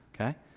okay